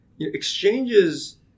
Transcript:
exchanges